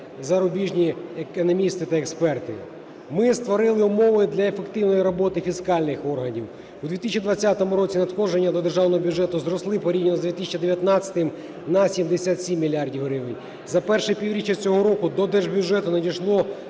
зарубіжні економісти та експерти. Ми створили умови для ефективної роботи фіскальних органів. У 2020 році надходження до державного бюджету зросли порівняно з 2019-им на 77 мільярдів гривень. За перше півріччя цього року до держбюджету надійшло